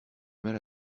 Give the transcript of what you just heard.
mal